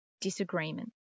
disagreement